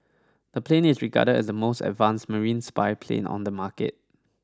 the plane is regarded as the most advanced marine spy plane on the market